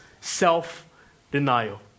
self-denial